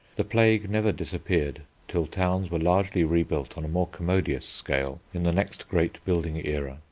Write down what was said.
the plague never disappeared till towns were largely rebuilt on a more commodious scale in the next great building era,